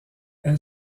elle